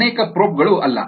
ಅನೇಕ ಪ್ರೋಬ್ ಗಳು ಅಲ್ಲ